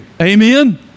Amen